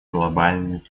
глобальными